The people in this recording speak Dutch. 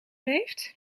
heeft